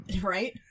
Right